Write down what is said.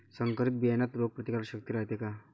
संकरित बियान्यात रोग प्रतिकारशक्ती रायते का?